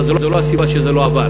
אבל זו לא הסיבה שזה לא עבר.